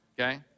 okay